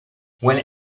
when